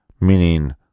Meaning